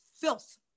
filth